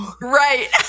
Right